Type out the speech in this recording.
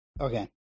Okay